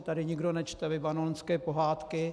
Tady nikdo nečte libanonské pohádky.